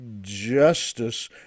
justice